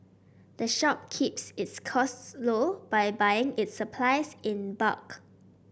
the shop keeps its costs low by buying its supplies in bulk